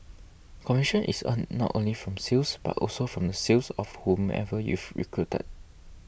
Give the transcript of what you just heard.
commission is earned not only from sales but also from the sales of whomever you've recruited